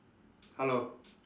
hello